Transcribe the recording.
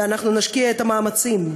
ונשקיע את המאמצים,